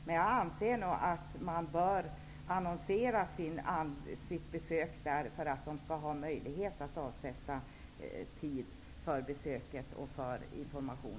Men jag anser att man bör annonsera sitt besök i förväg för att personalen skall ha möjlighet att avsätta tid för att ge information.